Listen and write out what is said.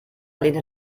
lehnte